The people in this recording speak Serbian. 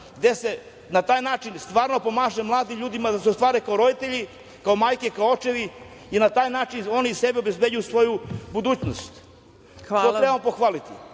gde se pomaže mladim ljudima da se ostvare kao roditelji, kao majke, kao očevi i na taj način oni sebi obezbeđuju budućnost. To treba pohvaliti.